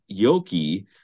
Yoki